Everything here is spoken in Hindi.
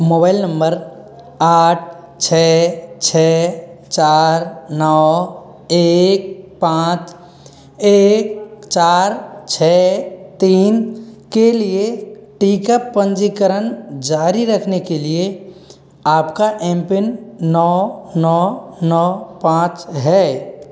मोबाइल नंबर आठ छः छः चार नौ एक पाँच एक चार छः छः तीन के लिए टीका पंजीकरण जारी रखने के लिए आपका एम पिन नौ नौ नौ पाँच है